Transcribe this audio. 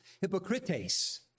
hypocrites